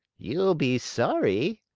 you'll be sorry,